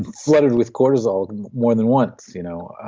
flooded with cortisol more than once. you know